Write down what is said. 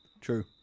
True